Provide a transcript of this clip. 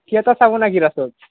theatre চাব নেকি ৰাসত